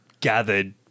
gathered